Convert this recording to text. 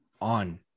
on